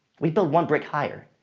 we build one brick higher.